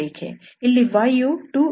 ಇಲ್ಲಿ y ಯು 2x2ಮತ್ತು 2x ನ ನಡುವೆ ಇರುತ್ತದೆ